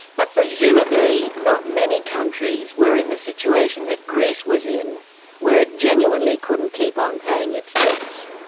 but presumably not many countries were in the situation that greece was in where it genuinely couldn't keep on paying its debts.